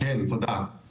כן תודה,